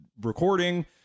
recording